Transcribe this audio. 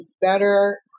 better